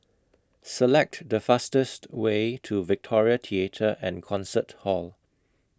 Select The fastest Way to Victoria Theatre and Concert Hall